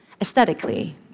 aesthetically